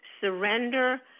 Surrender